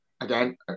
again